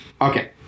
Okay